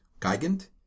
Gigant